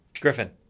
Griffin